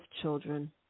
children